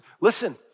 listen